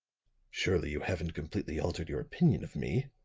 surely you haven't completely altered your opinion of me?